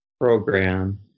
program